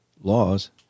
laws